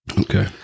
Okay